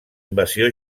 invasió